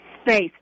space